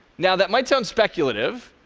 now, that might sound speculative,